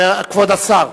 כבוד השר.